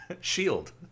SHIELD